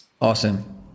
Awesome